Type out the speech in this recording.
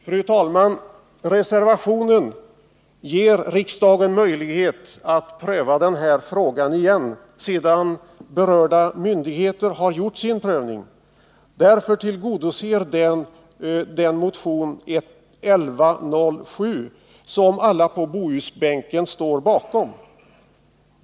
Fru talman! Reservationen ger riksdagen möjlighet att pröva den här frågan igen sedan berörda myndigheter har gjort sin prövning. Därmed tillgodoses den motion, nr 1107, som alla på Bohusbänken står bakom.